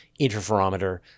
interferometer